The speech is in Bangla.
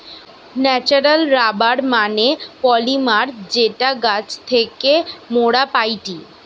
ন্যাচারাল রাবার মানে পলিমার যেটা গাছের থেকে মোরা পাইটি